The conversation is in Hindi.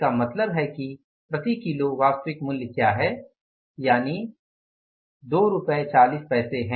तो इसका मतलब है कि प्रति किलो वास्तविक मूल्य क्या है यानि 24 रुपये है 2 रुपये और 40 पैसे